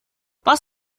was